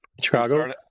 Chicago